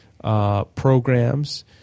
programs